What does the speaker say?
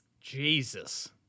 Jesus